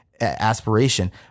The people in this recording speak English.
aspiration